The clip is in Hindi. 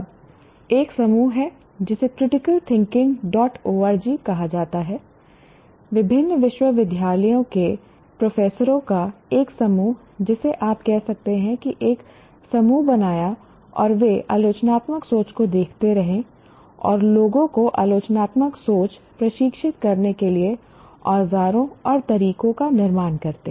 अब एक समूह है जिसे critical thinking dot ORG crticialthinkingorg कहा जाता है विभिन्न विश्वविद्यालयों के प्रोफेसरों का एक समूह जिसे आप कह सकते हैं कि एक समूह बनाया और वे आलोचनात्मक सोच को देखते रहें और लोगों को आलोचनात्मक सोच प्रशिक्षित करने के लिए औजारों और तरीकों का निर्माण करते